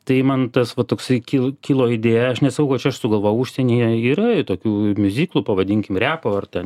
tai man tas va toksai kil kilo idėja aš nesakau kad čia aš sugalvojau užsienyje yra tokių miuziklų pavadinkim repo ar ten